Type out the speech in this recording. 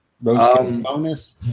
Bonus